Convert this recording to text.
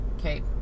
Okay